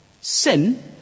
Sin